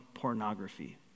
Pornography